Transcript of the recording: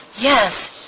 Yes